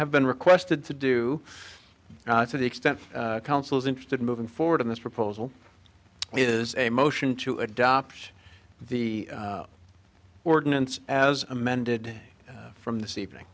have been requested to do to the extent counsel's interested in moving forward in this proposal is a motion to adopt the ordinance as amended from this evening